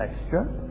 extra